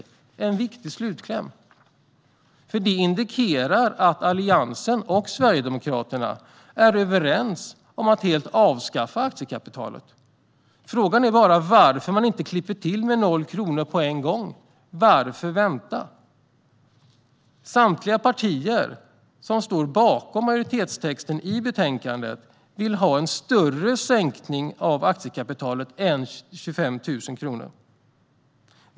Det är en viktig slutkläm, för det indikerar att Alliansen och Sverigedemokraterna är överens om att helt avskaffa aktiekapitalet. Frågan är bara varför man inte klipper till med noll kronor på en gång. Varför vänta? Samtliga partier som står bakom majoritetstexten i betänkandet vill sänka aktiekapitalet mer än till 25 000 kronor.